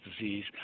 disease